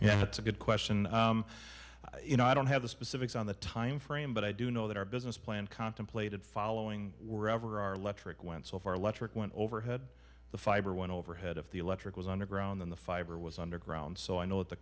yeah that's a good question you know i don't have the specifics on the time frame but i do know that our business plan contemplated following were ever our electric went so far electric went overhead the fiber went overhead of the electric was underground in the fiber was underground so i know what the